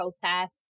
process